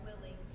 willing